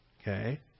Okay